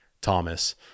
Thomas